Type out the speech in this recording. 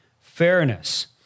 fairness